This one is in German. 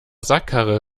sackkarre